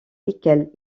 lesquelles